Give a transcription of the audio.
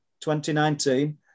2019